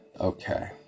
Okay